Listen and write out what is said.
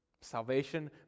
Salvation